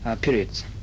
periods